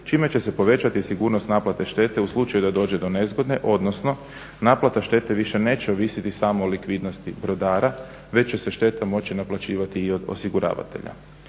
čime će se povećati sigurnost naplate štete u slučaju da dođe do nezgode, odnosno naplata štete više neće ovisiti samo o likvidnosti brodara već će se šteta moći naplaćivati i od osiguravatelja.